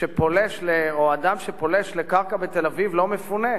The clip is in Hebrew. שאדם שפולש לקרקע בתל-אביב לא מפונה,